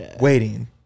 waiting